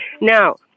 Now